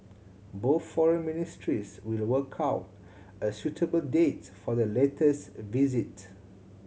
both foreign ministries will work out a suitable date for the latter's visit